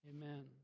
Amen